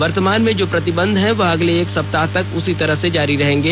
वर्तमान में जो प्रतिबंध हैं वह अगले एक सप्ताह तक उसी तरह जारी रहेंगे